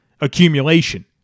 accumulation